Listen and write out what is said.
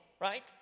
right